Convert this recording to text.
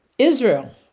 Israel